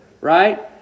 Right